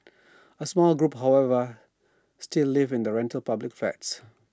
A small group however still live in rental public flats